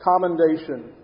commendation